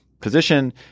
position